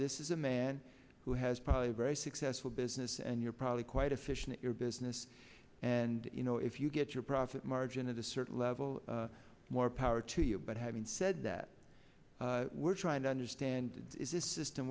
this is a man who has probably a very successful business and you're probably quite efficient at your business and you know if you get your profit margin is a certain level more power to you but having said that we're trying to understand is this system